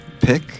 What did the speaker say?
pick